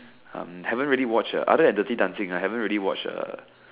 um haven't really watched uh other than dirty-dancing I haven't really watched uh